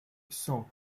cent